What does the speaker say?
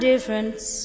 difference